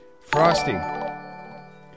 Frosty